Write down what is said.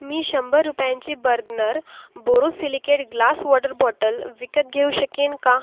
मी शंभर रुपयांची Bergner borosilicate glass water bottle विकत घेऊ शकेन का